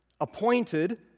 appointed